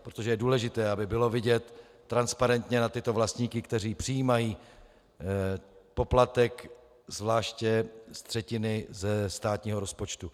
Protože je důležité, aby bylo transparentně vidět na tyto vlastníky, kteří přijímají poplatek, zvláště z třetiny ze státního rozpočtu.